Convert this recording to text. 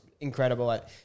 incredible